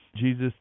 Jesus